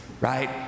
right